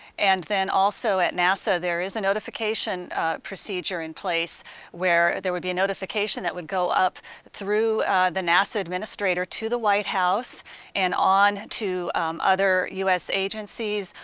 and then also at nasa there is a notification procedure in place where there would be a notification that would go up through the nasa administrator to the white house and on to other us agencies,